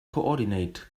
coordinate